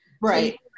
Right